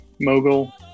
mogul